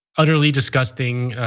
utterly disgusting